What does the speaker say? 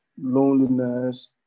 loneliness